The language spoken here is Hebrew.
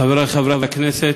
תודה, חברי חברי הכנסת,